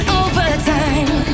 overtime